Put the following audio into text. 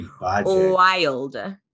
wild